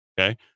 Okay